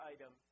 item